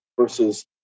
versus